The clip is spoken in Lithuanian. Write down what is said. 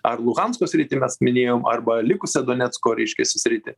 ar luhansko sritį mes minėjom arba likusią donecko reiškiasi sritį